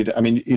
you know i mean,